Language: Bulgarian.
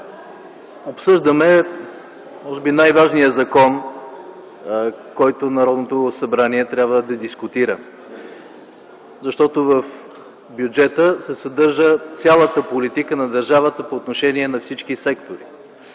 Обсъждаме може би най-важния закон, който Народното събрание трябва да дискутира, защото в бюджета се съдържа цялата политика на държавата по отношение на всички сектори.